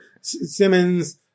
Simmons